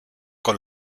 con